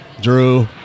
Drew